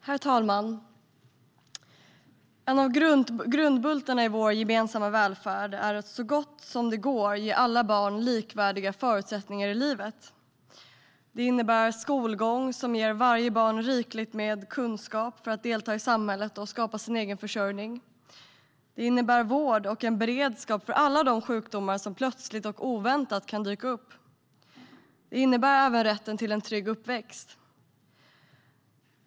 Herr talman! En av grundbultarna i vår gemensamma välfärd är att så gott det går ge alla barn likvärdiga förutsättningar i livet. Det innebär en skolgång som ger varje barn rikligt med kunskap för att delta i samhället och skapa sin egen försörjning. Det innebär vård och en beredskap för alla de sjukdomar som plötsligt och oväntat kan dyka upp. Det innebär även rätten till en trygg uppväxt.